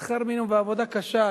שכר מינימום ועבודה קשה.